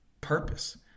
purpose